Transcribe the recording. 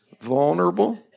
Vulnerable